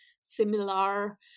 similar